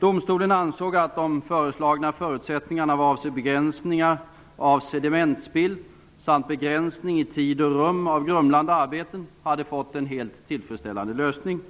Domstolen ansåg att de föreslagna förutsättningarna vad avser begränsningar av sedimentspill samt begränsning i tid och rum av grumlande arbeten hade fått en helt tillfredsställande lösning.